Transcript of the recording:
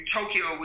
Tokyo